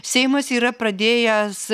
seimas yra pradėjęs